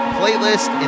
playlist